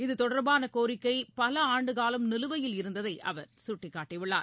இது தொடர்பானகோரிக்கைபலஆண்டுகாலம் நிலுவையில் இருந்ததைஅவர் சுட்டிக்காட்டியுள்ளார்